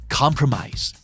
compromise